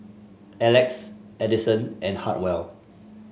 Alex Adison and Hartwell